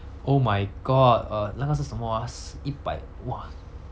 oh my god err 那个是什么 ah 十一百 !wah!